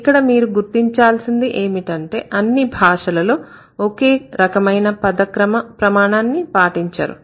ఇక్కడ మీరు గుర్తించాల్సింది ఏమిటంటే అన్నిభాషలలో ఒకే రకమైన పదక్రమ ప్రమాణాన్ని పాటించరు